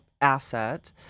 asset